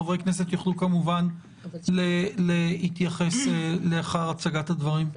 חברי כנסת יוכלו כמובן להתייחס לאחר הצגת הדברים.